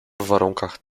warunkach